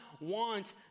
want